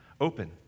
open